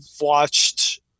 watched